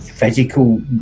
Physical